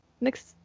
next